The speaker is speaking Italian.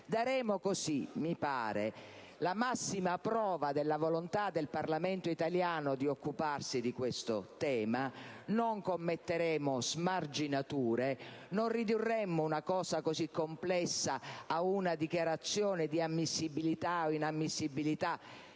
Daremo così - mi pare - la massima prova della volontà del Parlamento italiano di occuparsi di questo tema, non commetteremo smarginature, non ridurremo una cosa così complessa a una dichiarazione di ammissibilità o di inammissibilità,